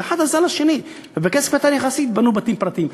אז אחד עזר לשני ובכסף קטן יחסית בנו בתים פרטיים.